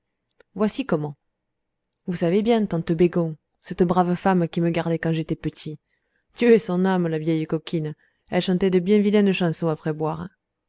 voici comment vous savez bien tante bégon cette brave femme qui me gardait quand j étais petit dieu ait son âme la vieille coquine elle chantait de bien vilaines chansons